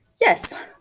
Yes